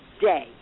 day